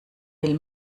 will